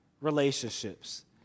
relationships